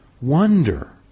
wonder